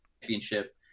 championship